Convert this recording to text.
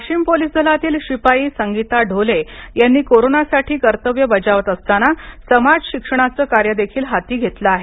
Washim police दलातील शिपाई संगीता ढोले यांनी कोरोनासाठी कर्त्तव्य बजावत असताना समाज शिक्षणाचं कार्य देखील हाती घेतलं आहे